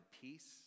peace